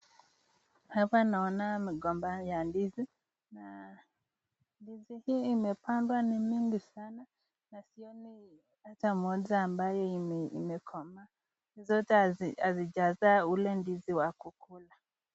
Hapa naona mgomba ya ndizi, na ndizi hii imepandwa ni mingi sana na sioni hata moja ambayo imekomaa, zote hazijazaa ule ndizi wa kukula.